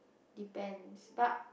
depends but